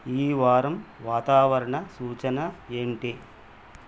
ఈ వారం వాతావరణ సూచన ఏంటి